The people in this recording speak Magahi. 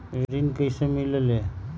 ऋण कईसे मिलल ले?